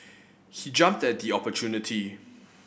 he jumped at the opportunity